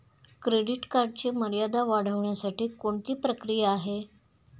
Credit कार्डची मर्यादा वाढवण्यासाठी कोणती प्रक्रिया आहे?